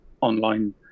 online